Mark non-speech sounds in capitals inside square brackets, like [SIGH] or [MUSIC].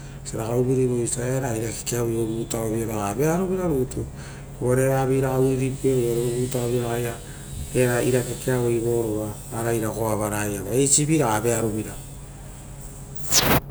Vosia ragai uvurivoi osia era kekea vovutavio ragaia, vearovira rutu uvare evavi ragai uriripievo, uvare vovatao vio ragaia era era kekeavoi ora eira goava raia, eisiviraga vearovira. [NOISE]